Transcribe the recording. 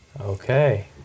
Okay